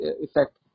effect